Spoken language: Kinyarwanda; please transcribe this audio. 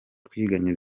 twiganye